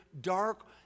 dark